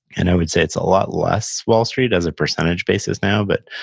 and i would say it's a lot less wall street as a percentage basis now, but,